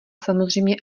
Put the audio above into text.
samozřejmě